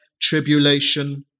tribulation